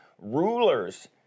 rulers